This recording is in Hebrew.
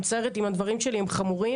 ואני מצטערת אם הדברים שלי הם חמורים,